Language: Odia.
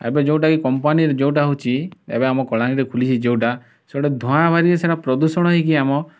ଏବେ ଯେଉଁଟାକି କମ୍ପାନିରେ ଯେଉଁଟା ହଉଛି ଏବେ ଆମ କଳାହାଣ୍ଡିରେ ଖୋଲିଛି ଯେଉଁଟା ସେଇଟା ଧୂଆଁ ଭାରିକି ସେଇଟା ପ୍ରଦୂଷଣ ହେଇକି ଆମ